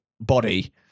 body